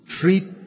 treat